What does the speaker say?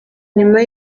nyuma